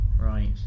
Right